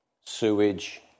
sewage